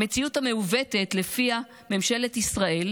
על המציאות המעוותת שלפיה ממשלת ישראל